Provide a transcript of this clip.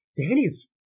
Danny's